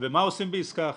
ומה עושים בעסקה אחרת?